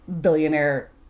billionaire